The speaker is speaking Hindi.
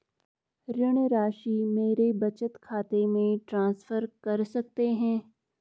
ऋण राशि मेरे बचत खाते में ट्रांसफर कर सकते हैं?